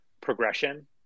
progression